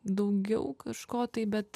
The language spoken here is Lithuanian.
daugiau kažko tai bet